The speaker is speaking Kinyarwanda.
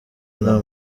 nta